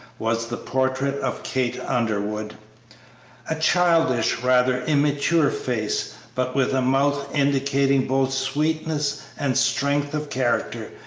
was the portrait of kate underwood a childish, rather immature face, but with a mouth indicating both sweetness and strength of character,